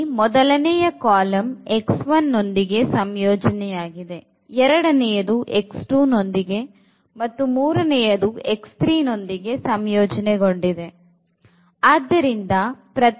ಇಲ್ಲಿ ಮೊದಲನೇ ಕಾಲಂ ನೊಂದಿಗೆ ಸಂಯೋಜನೆಯಾಗಿದೆ ಎರಡನೆಯದು ನೊಂದಿಗೆ ಮತ್ತು ಮೂರನೆಯದು ನೊಂದಿಗೆ ಸಂಯೋಜನೆ ಗೊಂಡಿದೆ